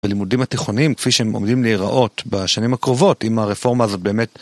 לימודים התיכונים כפי שהם עומדים להיראות בשנים הקרובות, אם הרפורמה זה באמת...